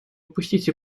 упустить